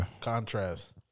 contrast